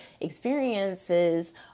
experiences